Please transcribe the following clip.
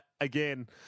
again